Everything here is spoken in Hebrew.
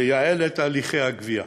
לייעל את הליכי הגבייה,